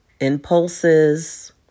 impulses